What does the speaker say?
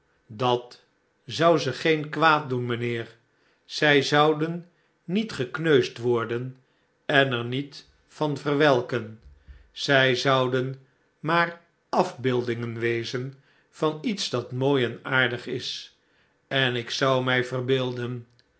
dat zou ze geen kwaad doen mijnheer zij zouden niet gekneusd worden en er niet van verwelken zij zouden maar afbeeldingen wezen van iets dat mooi en aardig is en ik zou mij verbeelden